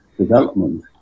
development